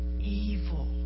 evil